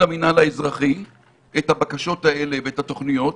למינהל האזרחי את הבקשות האלה ואת התוכניות,